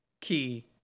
Key